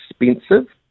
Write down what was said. expensive